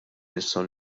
nistgħu